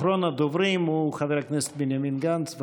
אחרון הדוברים הוא חבר הכנסת בנימין גנץ.